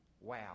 Wow